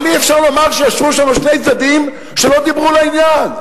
אבל אי-אפשר לומר שישבו שם שני צדדים שלא דיברו לעניין.